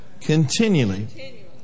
continually